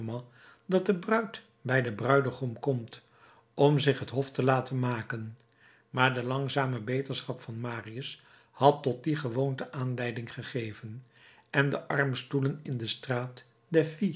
dat de bruid bij den bruidegom komt om zich het hof te laten maken maar de langzame beterschap van marius had tot die gewoonte aanleiding gegeven en de armstoelen in de straat